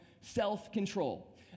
self-control